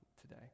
today